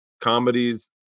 comedies